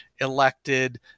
elected